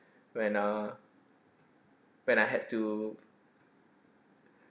when uh when I had to